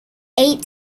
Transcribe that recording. ate